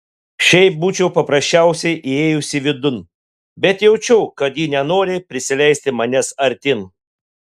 šiaip būčiau paprasčiausiai įėjusi vidun bet jaučiau kad ji nenori prisileisti manęs artyn